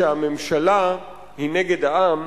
כשהממשלה היא נגד העם,